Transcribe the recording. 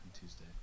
Tuesday